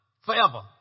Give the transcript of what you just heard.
forever